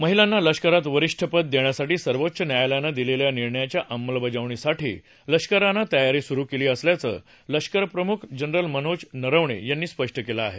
महिलांना लष्करात वरिष्ठ पदे देण्यासाठी सर्वोच्च न्यायालयानं दिलेल्या निर्णयाच्या अंमलबजावणीसाठी लष्करानं तयारी सुरू केली असल्याचं लष्कर प्रमुख जनरल मनोज नरवणे यांनी स्पष्ट केलं आहे